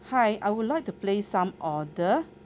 hi I would like to place some order